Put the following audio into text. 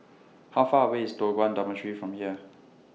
How Far away IS Toh Guan Dormitory from here